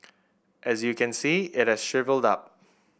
as you can see at a shrivelled love